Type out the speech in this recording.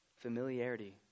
Familiarity